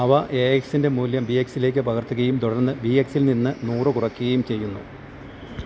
അവ എ എക്സിന്റെ മൂല്യം ബി എക്സിലേക്ക് പകർത്തുകയും തുടർന്ന് ബി എക്സിൽ നിന്ന് നൂറ് കുറയ്ക്കുകയും ചെയ്യുന്നു